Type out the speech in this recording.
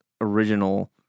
original